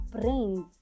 brains